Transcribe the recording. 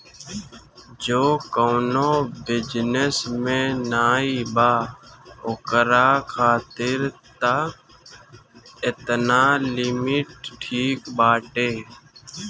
जे कवनो बिजनेस में नाइ बा ओकरा खातिर तअ एतना लिमिट ठीक बाटे